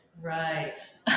right